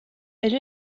elle